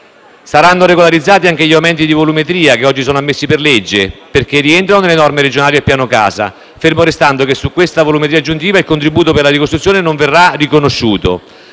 Saranno regolarizzati anche gli aumenti di volumetria che oggi sono ammessi per legge, perché rientrano nelle norme regionali sul Piano casa, fermo restando che su questa volumetria aggiuntiva il contributo per la ricostruzione non verrà riconosciuto.